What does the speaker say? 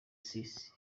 sisi